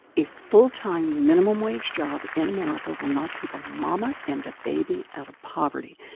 a full-time minimum wage job in america will not keep a mama and a baby out of poverty.